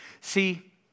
See